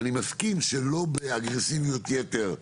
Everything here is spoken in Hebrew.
אני מסכים שלא באגרסיביות יתר,